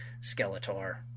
Skeletor